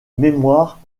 mémoire